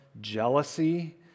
jealousy